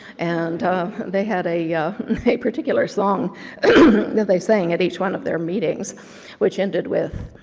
and they had a yeah a particular song that they sang at each one of their meetings which ended with,